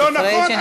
לא נכון?